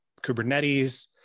Kubernetes